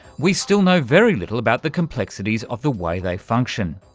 we still know very little about the complexities of the way they function.